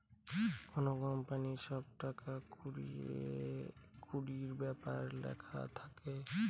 কোনো কোম্পানির সব টাকা কুড়ির ব্যাপার লেখা থাকে